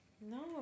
No